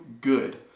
good